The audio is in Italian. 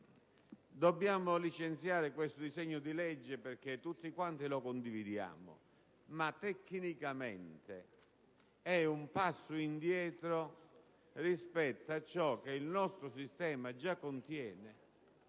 dobbiamo licenziare questo disegno di legge, perché tutti lo condividiamo, ma tecnicamente rappresenta un passo indietro rispetto a ciò che il nostro sistema già prevede.